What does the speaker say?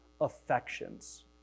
affections